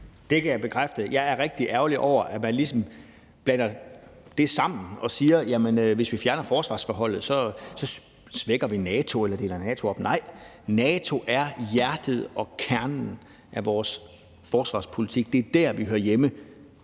Det kan jeg bekræfte. Jeg er rigtig ærgerlig over, at man ligesom blander det sammen og siger, at hvis vi fjerner forsvarsforbeholdet, svækker vi NATO eller deler NATO op. Nej, NATO er hjertet og kernen i vores forsvarspolitik. Det er der, vi hører hjemme.